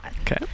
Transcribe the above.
Okay